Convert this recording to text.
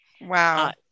Wow